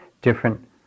different